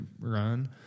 run